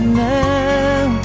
now